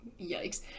Yikes